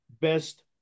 best